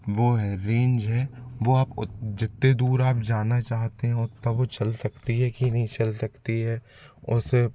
वो है रेंज है वो आप जितनी दूर आप जाना चाहते हैं उतना वो चल सकती है कि नहीं चल सकती है उसे